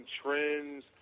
trends